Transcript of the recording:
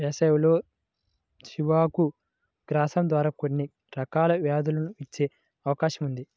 వేసవిలో జీవాలకు గ్రాసం ద్వారా కొన్ని రకాల వ్యాధులు వచ్చే అవకాశం ఉంది